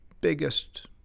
biggest